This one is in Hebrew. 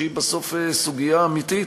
שהיא בסוף סוגיה אמיתית.